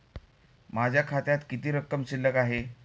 माझ्या खात्यात किती रक्कम शिल्लक आहे?